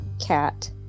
cat